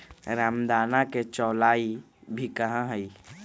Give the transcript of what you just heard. रामदाना के चौलाई भी कहा हई